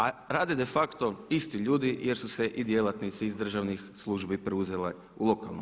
A rade de facto isti ljudi jer su se i djelatnici iz državnih službi preuzeli lokalno.